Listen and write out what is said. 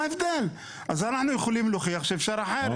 אז אנחנו יכולים להוכיח שאפשר אחרת.